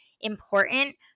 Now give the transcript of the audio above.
important